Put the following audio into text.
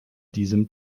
diesem